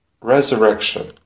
resurrection